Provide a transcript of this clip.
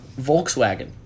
Volkswagen